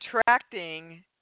attracting